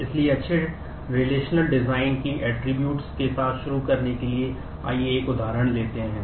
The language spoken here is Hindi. इसलिए अच्छे रिलेशनल के साथ शुरू करने के लिए आइए एक उदाहरण लेते हैं